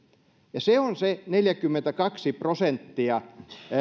ja se on se neljäkymmentäkaksi prosenttia